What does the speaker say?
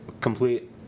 complete